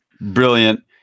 brilliant